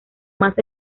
más